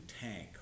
tank